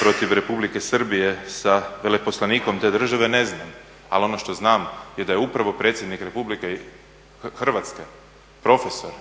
protiv Republike Srbije sa veleposlanikom te države ne znam, ali ono što znam je da upravo Predsjednik Republike Hrvatske profesor